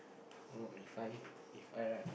err If I If I right